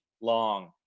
long